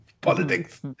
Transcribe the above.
politics